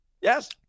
Yes